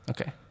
Okay